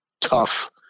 tough